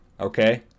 okay